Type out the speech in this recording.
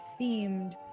themed